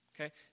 Okay